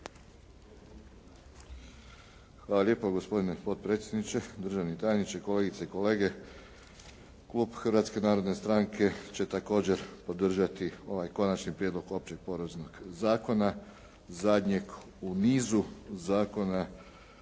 Hvala lijepo gospodine potpredsjedniče, državni tajniče, kolegice i kolege. Klub Hrvatske narodne stranke će također podržati ovaj Konačni prijedlog općeg poreznog zakona, zadnjeg u nizu zakona